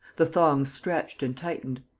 the thongs stretched and tightened.